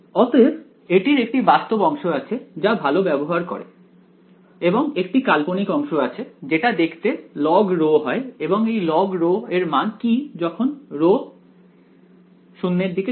অতএব এটির একটি বাস্তব অংশ আছে যা ভালো ব্যবহার করে এবং একটি কাল্পনিক অংশ আছে যেটা দেখতে logρ হয় এবং এই logρ এর মান কি যখন ρ → 0